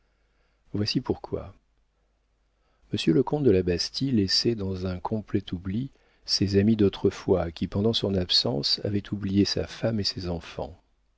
voici pourquoi monsieur le comte de la bastie laissait dans un complet oubli ses amis d'autrefois qui pendant son absence avaient oublié sa femme et ses enfants